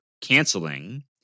canceling